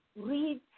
Read